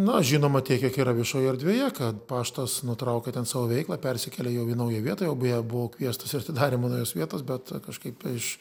na žinoma tiek kiek yra viešoj erdvėje kad paštas nutraukia ten savo veiklą persikelia jau į naują vietą jau beje buvo kviestas į atidarymą naujos vietos bet kažkaip iš